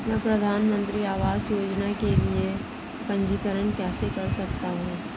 मैं प्रधानमंत्री आवास योजना के लिए पंजीकरण कैसे कर सकता हूं?